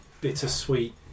bittersweet